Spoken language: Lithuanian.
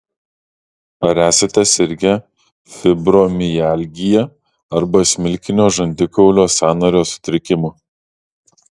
ar esate sirgę fibromialgija arba smilkininio žandikaulio sąnario sutrikimu